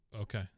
okay